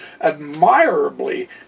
admirably